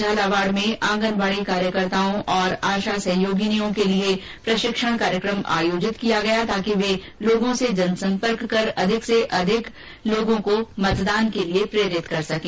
झालावाड में आंगनबाडी कार्यकर्ताओं और आशा सहयोगिनियों के लिये प्रशिक्षण कार्यक्रम आयोजित किया गया ताकि वे लोगों से जन सम्पर्क कर अधिक से अधिक लोगों को मतदान के लिए प्रेरित कर सकें